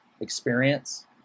experience